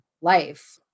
life